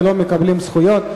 לא מקבלים זכויות.